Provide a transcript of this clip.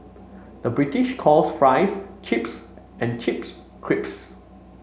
the British calls fries chips and chips crisps